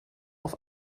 auf